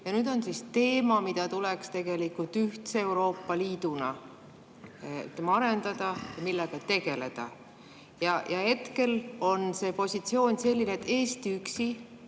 Ja nüüd on teema, mida tuleks tegelikult ühtse Euroopa Liiduna arendada, sellega tegeleda. Hetkel on positsioon selline, et Eesti üksi